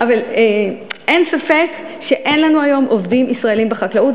אין ספק שאין לנו היום עובדים ישראלים בחקלאות,